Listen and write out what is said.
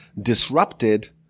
disrupted